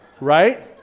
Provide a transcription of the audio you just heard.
right